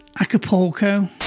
Acapulco